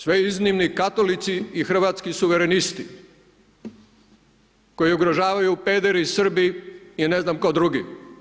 Sve iznimni katolici i hrvatski suvremenisti koje ugrožavaju pederi i Srbi i ne znam tko drugi.